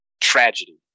tragedy